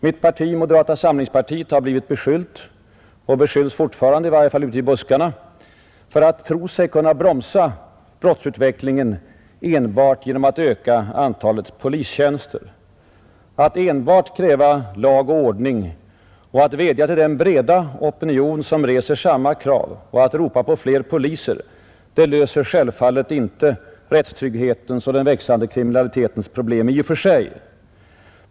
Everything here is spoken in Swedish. Mitt parti, moderata samlingspartiet, har blivit beskyllt — och beskylls fortfarande, i varje fall ute i buskarna — för att tro sig kunna bromsa brottsutvecklingen enbart genom att öka antalet polistjänster. Att enbart kräva lag och ordning, att vädja till den breda opinion som reser samma krav och att ropa på fler poliser, löser självfallet inte rättstrygghetens och den växande kriminalitetens problem i och för sig.